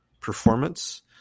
performance